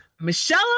michelle